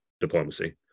diplomacy